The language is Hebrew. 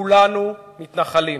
כולנו מתנחלים,